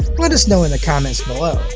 let us know in the comments below.